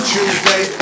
Tuesday